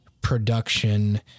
production